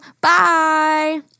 Bye